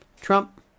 Trump